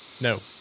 No